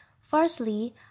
firstly